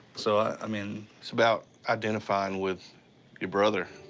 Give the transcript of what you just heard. so, i mean. it's about identifying with your brother.